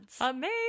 amazing